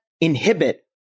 inhibit